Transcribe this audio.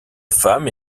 femme